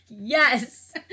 Yes